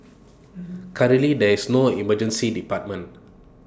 currently there is no Emergency Department